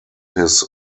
his